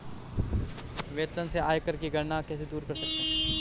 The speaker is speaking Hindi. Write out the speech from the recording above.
वेतन से आयकर की गणना कैसे दूर कर सकते है?